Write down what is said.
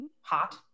hot